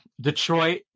Detroit